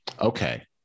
okay